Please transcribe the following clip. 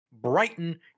brighton